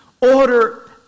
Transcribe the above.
order